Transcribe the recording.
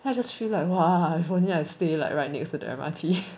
then I just feel like !wah! if only I stay like right next to the M_R_T